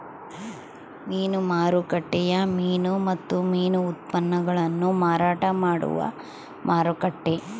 ಮೀನು ಮಾರುಕಟ್ಟೆಯು ಮೀನು ಮತ್ತು ಮೀನು ಉತ್ಪನ್ನಗುಳ್ನ ಮಾರಾಟ ಮಾಡುವ ಮಾರುಕಟ್ಟೆ